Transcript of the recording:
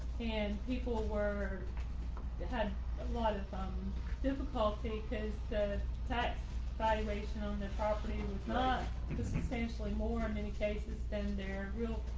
and people were had a lot of um difficulty because the tax valuation on the property was not substantially more in many cases, then their real